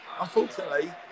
unfortunately